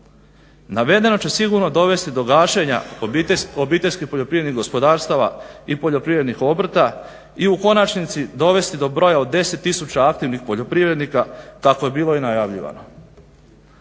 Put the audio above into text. Navedeno će sigurno dovesti do gašenja OPG-a i poljoprivrednih obrta i u konačnici dovesti do broja od 10 tisuća aktivnih poljoprivrednika kako je bilo i najavljivano.